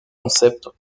concepts